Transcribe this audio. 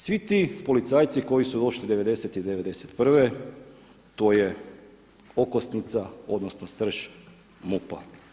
Svi ti policajci koji su otišli '90. i '91. to je okosnica odnosno srž MUP-a.